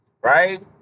right